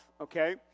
okay